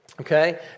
okay